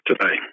today